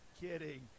kidding